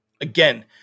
Again